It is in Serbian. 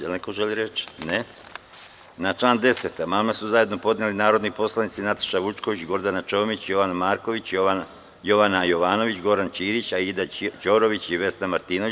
Da li neko želi reč? (Ne) Na član 10. amandmane su zajedno podneli su narodni poslanici Nataša Vučković, Gordana Čomić, Jovan Marković, Jovan Jovanović, Goran Ćirić, Aida Ćorović i Vesna Martinović.